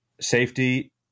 safety